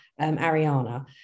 Ariana